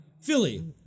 Philly